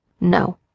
No